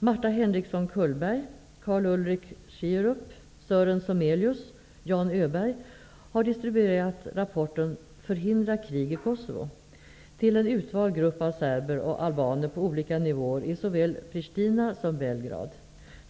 Marta Sommelius och Jan Öberg har distribuerat rapporten Förhindra krig i Kosovo till en utvald grupp av serber och albaner på olika nivåer i såväl Pristina som Belgrad.